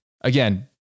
again